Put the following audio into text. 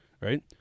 Right